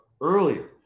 earlier